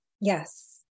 Yes